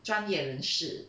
专业人士